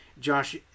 Josh